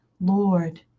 Lord